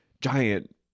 giant